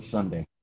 Sunday